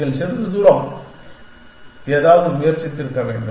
நீங்கள் சிறிது நேரம் ஏதாவது முயற்சித்திருக்க வேண்டும்